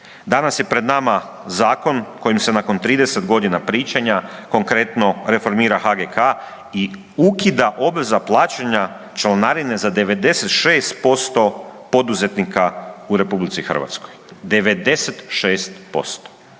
Danas je pred nama zakon kojim se nakon 30 godina pričanja konkretno reformira HGK i ukida obveza plaćanja članarine za 96% poduzetnika u RH, 96%.